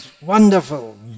wonderful